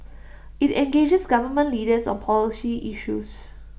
IT engages government leaders on policy issues